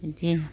बिदि